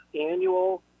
annual